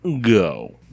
go